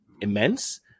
immense